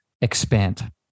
expand